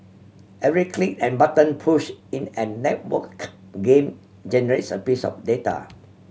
every click and button push in an network game generates a piece of data